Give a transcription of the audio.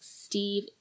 Steve